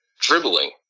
Dribbling